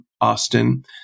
Austin